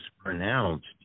pronounced